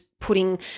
putting